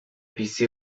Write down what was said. bizi